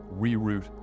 reroute